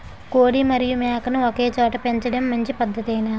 కోడి మరియు మేక ను ఒకేచోట పెంచడం మంచి పద్ధతేనా?